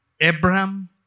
Abraham